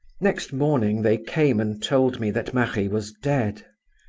next morning they came and told me that marie was dead.